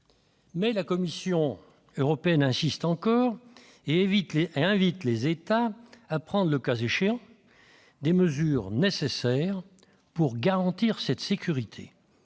la Commission européenne insiste encore et invite les États à prendre, le cas échéant, les mesures nécessaires pour garantir cette sécurité.